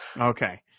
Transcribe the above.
Okay